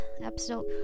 episode